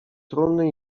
trumny